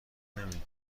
نمیدی